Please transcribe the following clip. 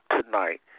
tonight